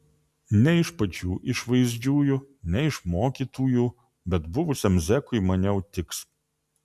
ne iš pačių išvaizdžiųjų ne iš mokytųjų bet buvusiam zekui maniau tiks